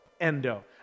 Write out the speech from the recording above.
endo